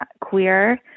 queer